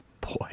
Boy